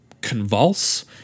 convulse